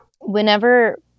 Whenever